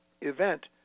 event